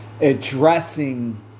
addressing